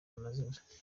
amazina